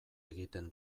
egiten